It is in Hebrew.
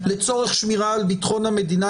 לצורך שמירה על ביטחון המדינה,